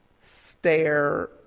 stare